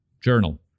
Journal